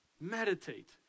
Meditate